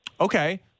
Okay